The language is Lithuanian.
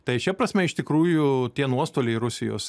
tai šia prasme iš tikrųjų tie nuostoliai rusijos